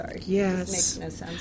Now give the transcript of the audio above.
Yes